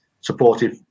supportive